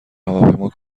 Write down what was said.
هواپیما